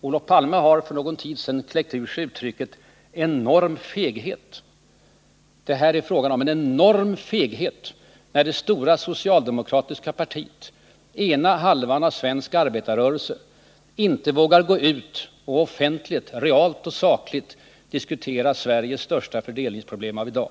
Olof Palme har för någon tid sedan kläckt ur sig uttrycket ”enorm feghet”. Det är här fråga om en enorm feghet, när det stora socialdemokratiska partiet — ena halvan av svensk arbetarrörelse — inte vågar gå ut och offentligt, realt och sakligt diskutera Sveriges största fördelningsproblem av i dag.